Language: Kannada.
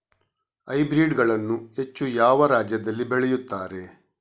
ಹೈಬ್ರಿಡ್ ಗಳನ್ನು ಹೆಚ್ಚು ಯಾವ ರಾಜ್ಯದಲ್ಲಿ ಬೆಳೆಯುತ್ತಾರೆ?